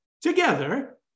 together